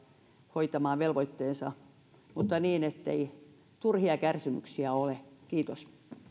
hoitamaan velvoitteensa mutta niin ettei turhia kärsimyksiä ole kiitos